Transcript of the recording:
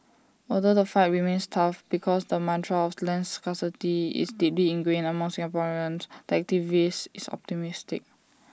although the fight remains tough because the mantra of land scarcity is deeply ingrained among Singaporeans the activist is optimistic